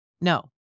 No